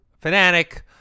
fanatic